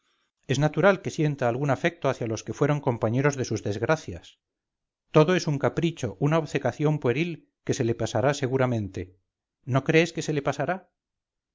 es natural que sienta algún afecto hacia los que fueron compañeros de sus desgracias todo es un capricho una obcecación pueril que se le pasará seguramente no crees que se le pasará